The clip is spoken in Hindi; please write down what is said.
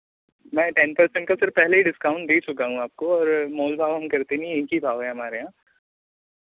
मैं टेन पर्सेन्ट का सर पहले ही डिस्काउंट दे चुका हूँ आपको और मोल भाव हम करते नहीं हैं एक ही भाव हैं हमारे यहाँ